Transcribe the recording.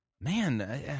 Man